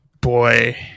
boy